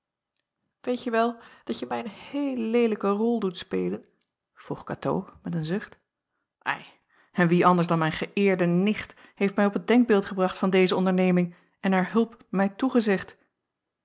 weetje wel dat je mij een heele leelijke rol doet spelen vroeg katoo met een zucht ei en wie anders dan mijn geëerde nicht heeft mij op het denkbeeld gebracht van deze onderneming en haar hulp mij toegezegd